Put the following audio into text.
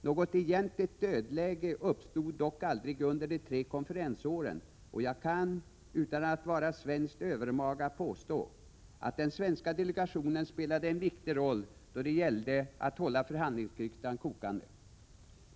Något egentligt dödläge uppstod dock aldrig under de tre konferensåren, och jag kan, utan att vara svenskt övermaga, påstå att den svenska delegationen spelade en viktig roll då det gällde att hålla förhandlingsgrytan kokande.